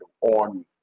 on